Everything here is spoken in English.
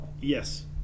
Yes